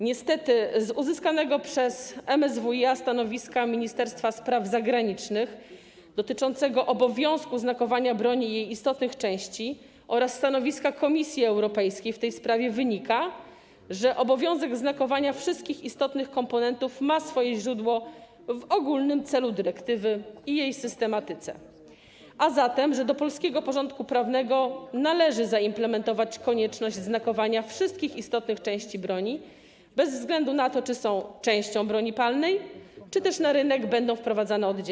Niestety z uzyskanego przez MSWiA stanowiska Ministerstwa Spraw Zagranicznych dotyczącego obowiązku znakowania broni i jej istotnych części oraz stanowiska Komisji Europejskiej w tej sprawie wynika, że obowiązek znakowania wszystkich istotnych komponentów ma swoje źródło w ogólnym celu dyrektywy i jej systematyce, a zatem że do polskiego porządku prawnego należy zaimplementować konieczność znakowania wszystkich istotnych części broni bez względu na to, czy są częścią broni palnej, czy też na rynek będą wprowadzane oddzielnie.